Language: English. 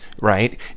right